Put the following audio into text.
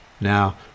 Now